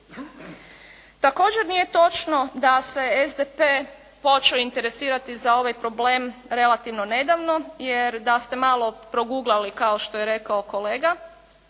Također nije točno da se SDP počeo interesirati za ovaj problem relativno nedavno, jer da ste malo "proguglali" kao što je rekao kolega